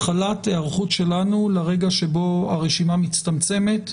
התחלת היערכות שלנו לרגע שבו הרשימה מצטמצמת.